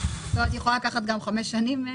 זה יכול לקחת גם חמש שנים?